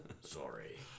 Sorry